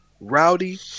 Rowdy